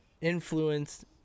influenced